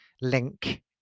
link